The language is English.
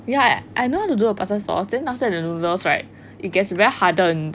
ya I know how to do the pasta sauce then after that the noodles right it gets very hardened